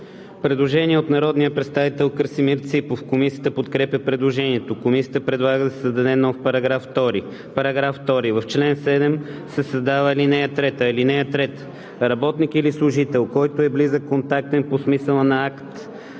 Предложение от народния представител Красимир Ципов. Комисията подкрепя предложението. Комисията предлага да се създаде нов § 2: „§ 2. В чл. 7 се създава ал. 3: „(3) Работник или служител, който е близък контактен по смисъла на акт